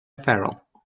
farrell